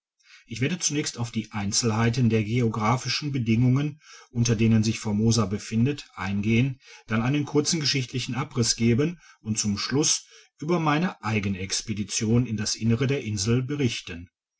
ich werde zunächst auf die einzelheiten der geographischen bedingungen unter denen sich formosa befindet eingehen dann einen kurzen geschichtlichen abriss geben und zum schlusss über meine eigene expedition in das innere der insel berichten